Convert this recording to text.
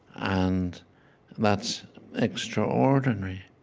and that's extraordinary.